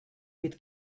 mit